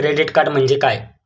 Credit card म्हणजे काय?